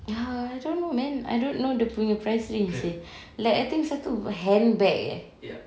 err I don't know man I don't know dia punya price list seh like I think satu handbag eh